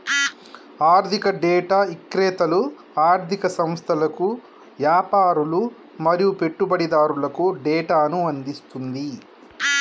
ఆర్ధిక డేటా ఇక్రేతలు ఆర్ధిక సంస్థలకు, యాపారులు మరియు పెట్టుబడిదారులకు డేటాను అందిస్తుంది